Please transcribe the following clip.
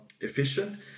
efficient